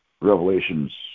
Revelations